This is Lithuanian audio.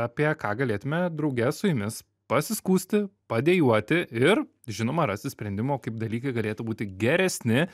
apie ką galėtume drauge su jumis pasiskųsti padejuoti ir žinoma rasti sprendimų kaip dalykai galėtų būti geresni